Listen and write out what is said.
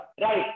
Right